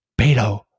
Beto